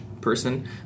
person